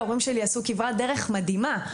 ההורים שלי עשו כברת דרך מדהימה,